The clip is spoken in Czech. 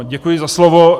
Děkuji za slovo.